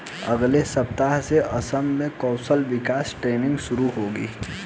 अगले सप्ताह से असम में कौशल विकास ट्रेनिंग शुरू होगी